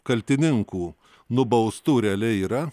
kaltininkų nubaustų realiai yra